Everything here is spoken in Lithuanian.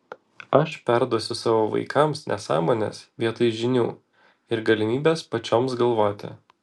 aš perduosiu savo vaikams nesąmones vietoj žinių ir galimybės pačioms galvoti